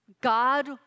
God